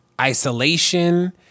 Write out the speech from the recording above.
isolation